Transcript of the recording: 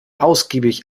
ausgiebig